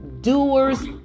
doers